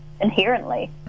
inherently